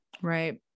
Right